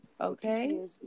okay